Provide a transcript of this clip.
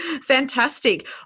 Fantastic